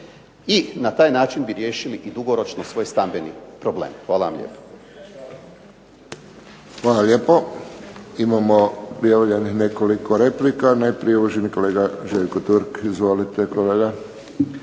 I na taj način bi riješili i dugoročno svoj stambeni problem. Hvala vam lijepo. **Friščić, Josip (HSS)** Hvala lijepo. Imamo prijavljenih nekoliko replika. Najprije uvaženi kolega Željko Turk. Izvolite kolega.